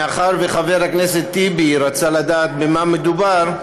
מאחר שחבר הכנסת טיבי רצה לדעת במה מדובר,